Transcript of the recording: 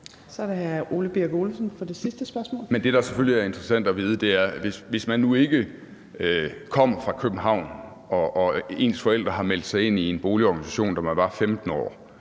Kl. 14:52 Ole Birk Olesen (LA): Men det, der selvfølgelig er interessant at vide, er: Hvis man nu ikke kommer fra København og ens forældre ikke har meldt en ind i en boligorganisation, da man var 15 år,